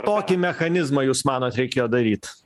tokį mechanizmą jūs manot reikėjo daryt